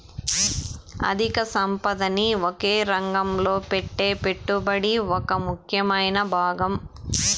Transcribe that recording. అధిక సంపదని ఒకే రంగంలో పెట్టే పెట్టుబడి ఒక ముఖ్యమైన భాగం